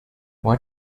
why